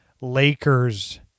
Lakers